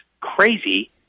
crazy